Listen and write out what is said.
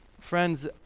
Friends